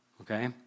Okay